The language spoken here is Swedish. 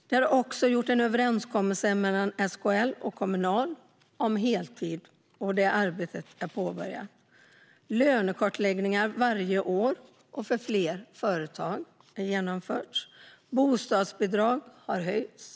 Det har också gjorts en överenskommelse mellan SKL och Kommunal om heltid, och det arbetet är påbörjat. Vi satsar på lönekartläggningar varje år och för fler företag. Bostadsbidrag har höjts.